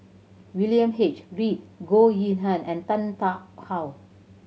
William H Read Goh Yihan and Tan Tarn How